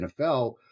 NFL –